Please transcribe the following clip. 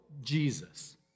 Jesus